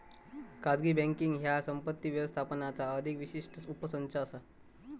खाजगी बँकींग ह्या संपत्ती व्यवस्थापनाचा अधिक विशिष्ट उपसंच असा